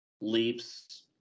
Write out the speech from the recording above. leaps